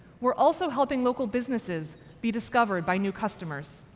we're also helping local businesses be discovered by new customers.